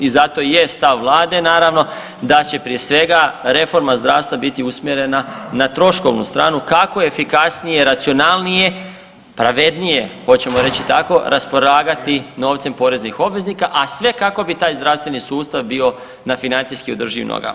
I zato je stav vlade naravno da će prije svega reforma zdravstva biti usmjerena na troškovnu stranu kako efikasnije, racionalnije, pravednije hoćemo reći tako raspolagati novcem poreznih obveznika, a sve kako bi taj zdravstveni sustav bio na financijski održivim nogama.